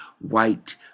white